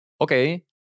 okay